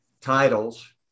titles